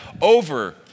over